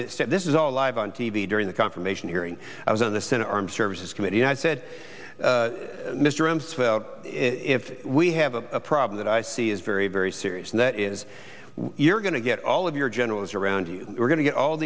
that this is all live on t v during the confirmation hearing i was on the senate armed services committee and i said mr rumsfeld if we have a problem that i see is very very serious and that is you're going to get all of your generals around you we're going to get all